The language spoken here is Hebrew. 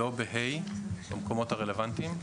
לא ב-(ה) במקומות הרלוונטיים.